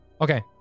Okay